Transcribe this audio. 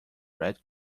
red